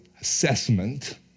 assessment